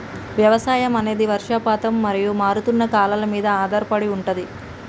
వ్యవసాయం అనేది వర్షపాతం మరియు మారుతున్న కాలాల మీద ఆధారపడి ఉంటది